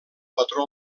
patró